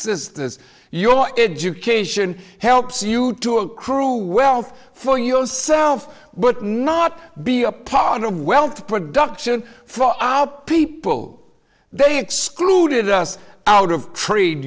sisters your education helps you to accrue wealth for yourself but not be a part of wealth production for our people they excluded us out of tr